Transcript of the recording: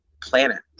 planet